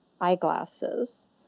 eyeglasses